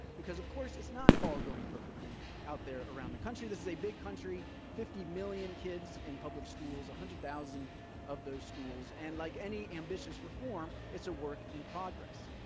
because, of course, it's not all going perfectly out there around the country. this is a big country, fifty million kids in public schools, one hundred thousand of those schools, and like any ambitious reform, it's a work in progress,